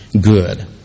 good